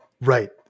Right